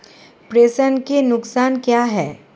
प्रेषण के नुकसान क्या हैं?